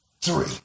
three